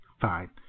Fine